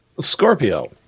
Scorpio